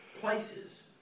places